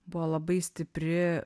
buvo labai stipri